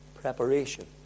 preparation